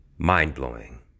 Mind-blowing